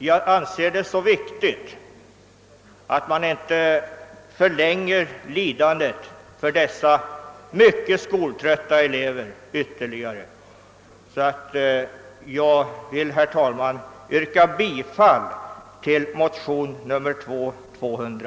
Jag anser det så viktigt att vi inte ytterligare förlänger lidandet för dessa mycket skoltrötta elever att jag, herr talman, vill yrka bifall till motion nr 11: 200.